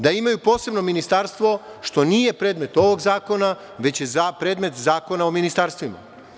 Da imaju posebno ministarstvo, što nije predmet ovog zakona, već je predmet Zakona o ministarstvima.